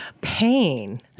Pain